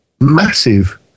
massive